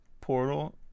Portal